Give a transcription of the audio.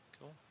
Cool